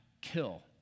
kill